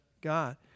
God